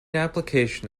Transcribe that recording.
application